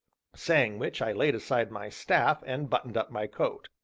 saying which, i laid aside my staff, and buttoned up my coat.